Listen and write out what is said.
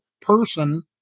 person